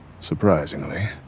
surprisingly